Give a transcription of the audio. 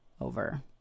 over